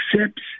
accepts